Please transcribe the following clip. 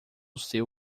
seu